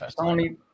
Tony